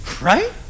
Right